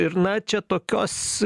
ir na čia tokios